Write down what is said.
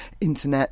internet